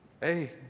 hey